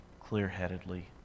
clear-headedly